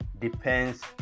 Depends